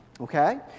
okay